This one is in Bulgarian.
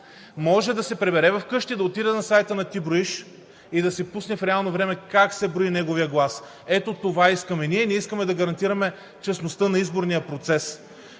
може да се прибере в къщи, да отиде на сайта на „Ти броиш“ и да си пусне в реално време как се брои неговият глас. Ето това искаме ние. Ние искаме да гарантираме честността на изборния процес.